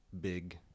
big